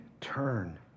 turn